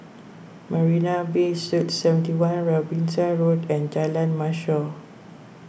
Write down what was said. Marina Bay Suites seventy one Robinson Road and Jalan Mashhor